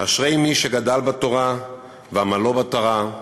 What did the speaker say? "אשרי מי שגדל בתורה ועמלו בתורה".